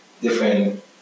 different